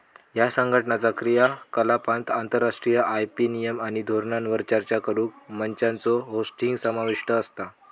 ह्या संघटनाचा क्रियाकलापांत आंतरराष्ट्रीय आय.पी नियम आणि धोरणांवर चर्चा करुक मंचांचो होस्टिंग समाविष्ट असता